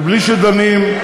ובלי שדנים.